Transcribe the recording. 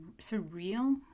surreal